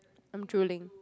I'm drooling